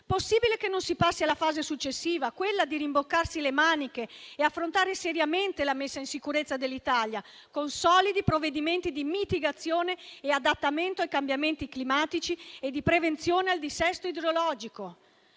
Possibile che non si passi alla fase successiva, quella di rimboccarsi le maniche e affrontare seriamente la messa in sicurezza dell'Italia, con solidi provvedimenti di mitigazione e adattamento ai cambiamenti climatici e di prevenzione del dissesto idrogeologico?